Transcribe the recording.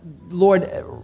Lord